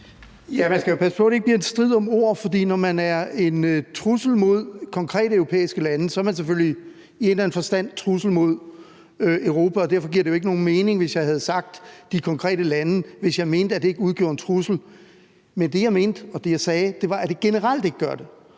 Ja, man skal jo passe på, at det ikke bliver en strid om ord. For når man er en trussel mod konkrete europæiske lande, er man selvfølgelig i en eller anden forstand en trussel mod Europa, og derfor giver det jo ikke nogen mening, hvis jeg havde sagt de konkrete lande, hvis jeg mente, at det ikke udgjorde en trussel. Men det, jeg mente, og det, jeg sagde, var, at det generelt ikke gør det,